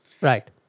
Right